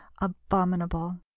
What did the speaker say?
abominable